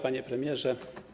Panie Premierze!